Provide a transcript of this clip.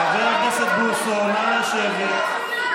חבר הכנסת בוסו, נא לשבת.